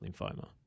lymphoma